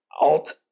alt